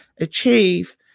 achieve